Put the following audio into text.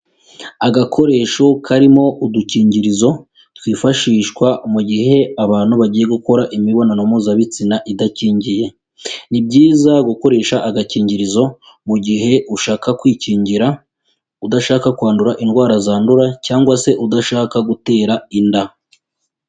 Agakoresho karimo udukingirizo, twifashishwa mu gihe abantu bagiye gukora imibonano mpuzabitsina idakingiye, ni byiza gukoresha agakingirizo mu gihe ushaka kwikingira udashaka kwandura indwara zandura cyangwa se udashaka gutera inda.